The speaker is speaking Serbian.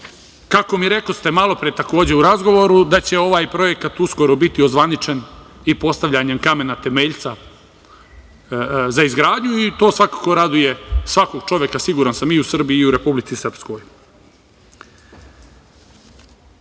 mi rekoste malo pre, takođe u razgovoru da će ovaj projekat uskoro biti ozvaničen i postavljanjem kamena temeljca za izgradnju i to svakako raduje svakog čoveka, siguran sam i u Srbiji i u Republici Srpskoj. Da